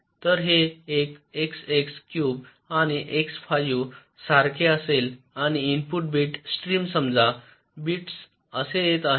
तर हे 1 x x cube आणि x 5 सारखे असेल आणि इनपुट बिट स्ट्रीम समजा बिट्स असे येत आहेत